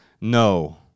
no